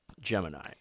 Gemini